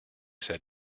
said